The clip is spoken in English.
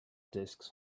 disks